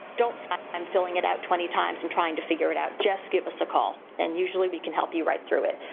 don't i'm filling it out twenty times and trying to figure it out just give us a call and usually we can help you right through it.